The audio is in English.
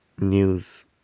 news